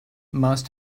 must